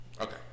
Okay